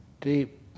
Deep